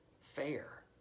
fair